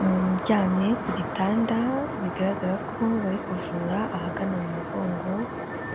Umuntu uryamye ku gitanda, bigaragara ko bari kuvura ahagana mu mugongo,